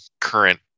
current